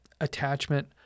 attachment